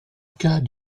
cas